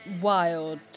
Wild